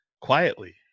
quietly